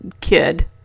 kid